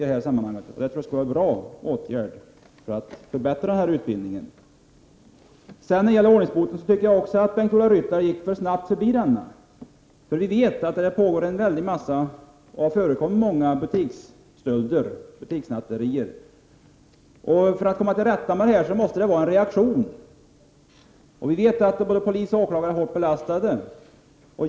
Det vore en bra åtgärd för att förbättra den här utbildningen. Jag tycker att Bengt-Ola Ryttar gick förbi frågan ordningsboten för snabbt. Vi vet att det förekommer många butiksstölder och snatterier. För att komma till rätta med detta måste det komma en reaktion. Vi vet också att både polis och åklagare är hårt belastade.